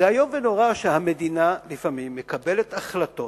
זה איום ונורא שהמדינה לפעמים מקבלת החלטות,